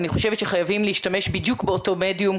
אני חושבת שחייבים להשתמש בדיוק באותו מדיום.